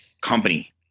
company